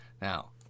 now